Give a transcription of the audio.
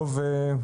טוב,